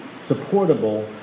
supportable